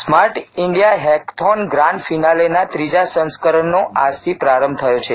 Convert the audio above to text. smart India Hackathon Grand ફીનાલેના ત્રીજા સંસ્કરણનો આજથી પ્રારંભ થયો છે